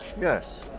Yes